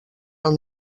alt